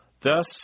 Thus